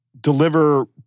deliver